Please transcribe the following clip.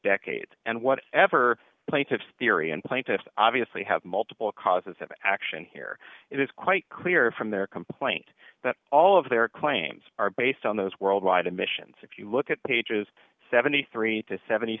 decades and whatever plaintiffs therion plaintiffs obviously have multiple causes of action here it is quite clear from their complaint that all of their claims are based on those worldwide admissions if you look at pages seventy three to seventy